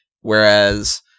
Whereas